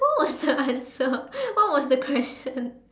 what was the answer what was the question